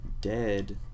Dead